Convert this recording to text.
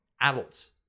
adults